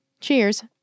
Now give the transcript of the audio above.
Cheers